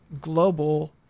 Global